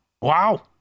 Wow